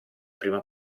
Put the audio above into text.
prima